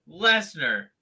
lesnar